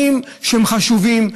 אלה דברים שהם חשובים,